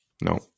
no